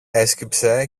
έσκυψε